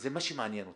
זה מה שמעניין אותי.